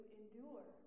endure